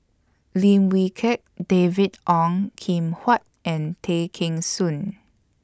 Lim Wee Kiak David Ong Kim Huat and Tay Kheng Soon